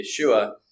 Yeshua